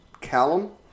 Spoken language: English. Callum